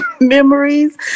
memories